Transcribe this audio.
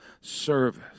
service